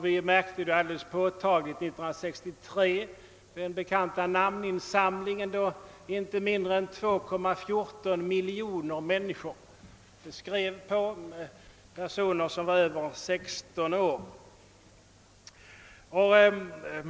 Vi märkte det påtagligt vid den bekanta namninsamlingen 1963 då inte mindre än 2,14 miljoner personer över 16 år undertecknade uppropet.